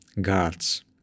gods